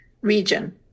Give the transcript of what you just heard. region